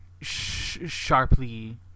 sharply